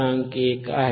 १ आहे